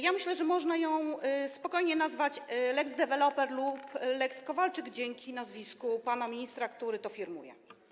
Ja myślę, że można ją spokojnie nazwać lex deweloper lub lex Kowalczyk, dzięki nazwisku pana ministra, który to firmuje.